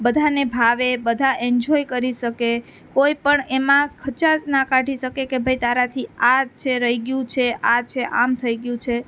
બધાને ભાવે બધા એન્જોય કરી શકે કોઈપણ એમાં ખાંચ ના કાઢી શકે કે ભાઈ તારાથી આ છે રહી ગયું છે આ છે આમ થઈ ગયું છે